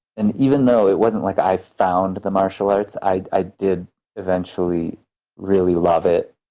and even though it wasn't like i found the martial arts, i did eventually really love it.